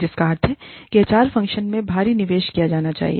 जिसका अर्थ है कि एचआर फ़ंक्शन मे भारी निवेश किया जाना चाहिए